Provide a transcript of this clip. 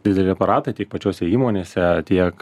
dideli aparatai tiek pačiose įmonėse tiek